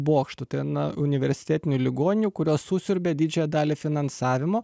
bokštų ten universitetinių ligoninių kurios susiurbia didžiąją dalį finansavimo